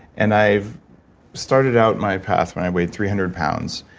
and i've started out my path when i weighed three hundred pounds.